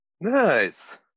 Nice